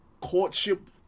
courtship